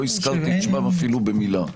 לא הזכרתי את שמם אפילו במילה.